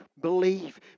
believe